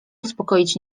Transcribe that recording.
uspokoić